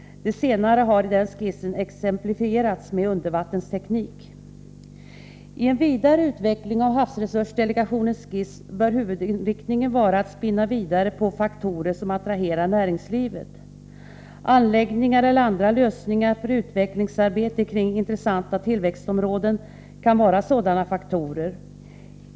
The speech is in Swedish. Det senare har i skissen exemplifierats med undervattensteknik. I en utveckling av havsresursdelegationens skiss bör huvudinriktningen vara att spinna vidare på faktorer som attraherar näringslivet. Anläggningar eller andra lösningar för utvecklingsarbete kring intressanta tillväxtområden kan vara sådana faktorer.